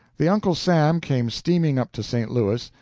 the uncle sam came steaming up to st. louis,